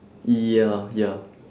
ya ya